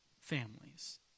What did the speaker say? families